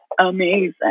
amazing